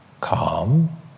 calm